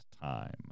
time